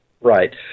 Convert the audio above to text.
Right